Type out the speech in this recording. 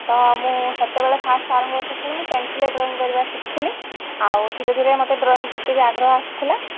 ତ ମୁଁ ସେତେବେଳେ ଫାର୍ଷ୍ଟ ସାର୍ଙ୍କ କଥା ଶୁଣି ମୁଁ ପେନସିଲ୍ରେ ଡ୍ରଇଂ କରିବା ଶିଖିଥିଲି ଆଉ ଧୀରେ ଧୀରେ ମୋତେ ଡ୍ରଇଂ ପ୍ରତି ବି ଆଗ୍ରହ ଆସିଥିଲା